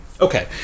Okay